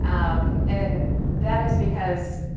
um and that is because